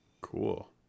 cool